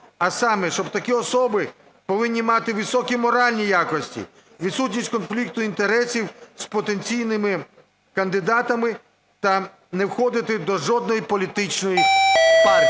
А саме, що такі особи повинні мати високі моральні якості, відсутність конфлікту інтересів з потенційними кандидатами та не входити до жодної політичної партії.